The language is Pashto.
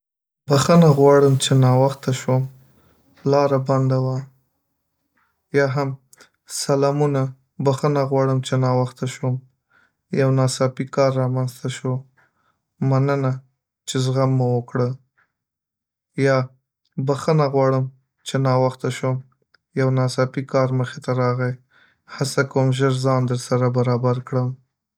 بخښنه غواړم چې ناوخته شوم لاره بنده وه یا هم سلامونه، بخښنه غواړم چې ناوخته شوم یو ناڅاپی کار رامنځته شو، مننه چې زغم مو وکړیا بخښنه غواړم چې ناوخته شوم، یو ناڅاپی کار مخې ته راغی.هڅه کوم ژر ځان درسره برابر کړم.